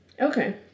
Okay